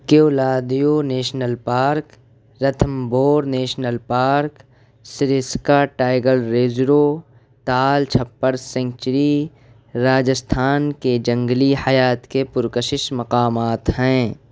کیولا دیو national park Ranthambore national park Sariska tiger reserve Tal Chhapar sanctuary Rajasthan کے جنگلی حیات کے پرکشش مقامات ہیں